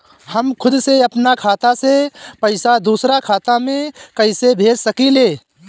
हम खुद से अपना खाता से पइसा दूसरा खाता में कइसे भेज सकी ले?